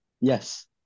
Yes